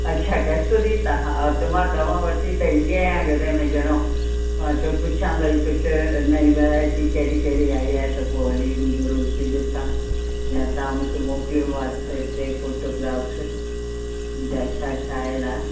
अच्छा कस्तूरी तां हा दवा मां वठी त ईंदी आहियां घर में घणो मां चयो पुछां भई कुझु नईं वैराइटी कहिड़ी कहिड़ी आई आहे त पोइ वरी रूबरू अची ॾिसां या तव्हां मूंखे मोकिलियो वॉट्सअप ते फोटोग्राफ्स त छा छा आयल आहे